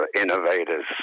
innovators